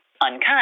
unkind